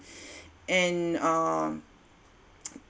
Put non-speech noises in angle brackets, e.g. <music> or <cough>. and uh <noise>